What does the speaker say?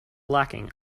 lacking